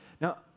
Now